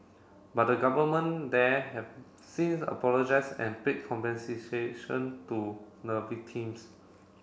but the government there have since apologised and paid compensation to the victims